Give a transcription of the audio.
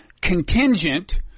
contingent